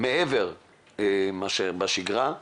מעבר לשגרה,